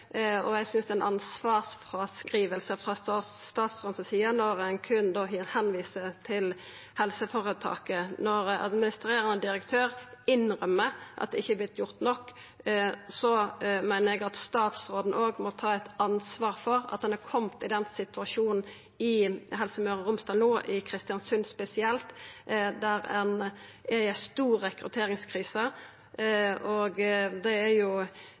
og eg synest det er ei ansvarsfråskriving frå statsråden si side når ein berre viser til helseføretaket. Når administrerande direktør innrømmer at det ikkje er vorte gjort nok, meiner eg at statsråden òg må ta eit ansvar for at ein no har kome i den situasjonen i Helse Møre og Romsdal, og i Kristiansund spesielt, der ein er i ei stor rekrutteringskrise. Det er